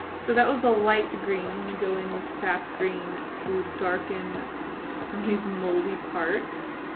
so that was the light green. i'm gonna go in with sap green to darken some of these moldy parts.